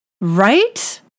right